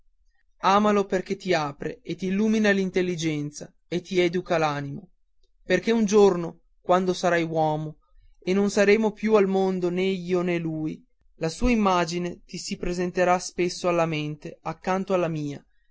amalo perché ti apre e t'illumina l'intelligenza e ti educa l'animo perché un giorno quando sarai uomo e non saremo più al mondo né io né lui la sua immagine ti si presenterà spesso alla mente accanto alla mia